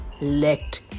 Let